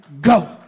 go